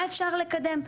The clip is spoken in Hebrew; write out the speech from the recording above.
מה אפשר לקדם.